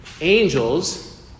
Angels